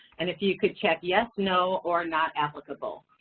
and if you could check yes, no, or not applicable.